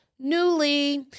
Newly